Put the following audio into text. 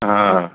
हा